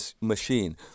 machine